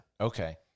Okay